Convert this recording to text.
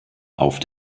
auf